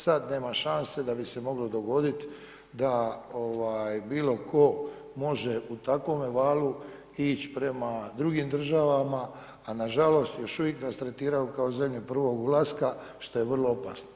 Sad nema šanse da bi se moglo dogodit da bilo tko može u takvome valu ići prema drugim državama, a na žalost još uvijek nas tretiraju kao zemlje prvog ulaska šta je vrlo opasno.